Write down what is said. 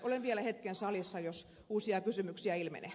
olen vielä hetken salissa jos uusia kysymyksiä ilmenee